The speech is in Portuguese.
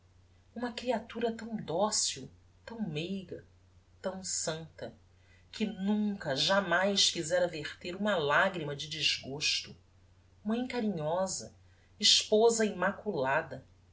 uma creatura tão docil tão meiga tão santa que nunca jamais fizera verter uma lagrima de desgosto mãe carinhosa esposa immaculada